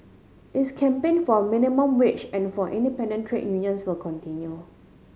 its campaign for minimum wage and for independent trade unions will continue